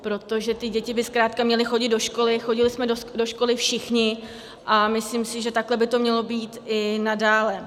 Protože ty děti by zkrátka měly chodit do školy, chodili jsme do školy všichni a myslím si, že takhle by to mělo být i nadále.